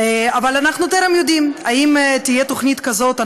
אבל אנחנו טרם יודעים אם תהיה תוכנית כזאת.